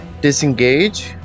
disengage